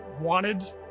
wanted